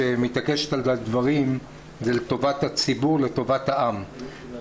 כשהיא מתעקשת על דברים זה לטובת הציבור ולטובת העם,